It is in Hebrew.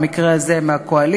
במקרה הזה מהקואליציה,